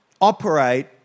operate